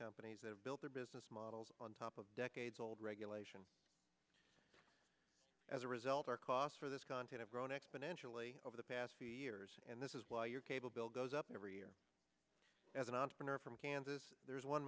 companies that have built their business models on top of decades old regulation as a result our costs for this content grown exponentially over the past few years and this is why your cable bill goes up every year as an entrepreneur from kansas there is one